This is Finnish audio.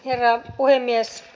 herra puhemies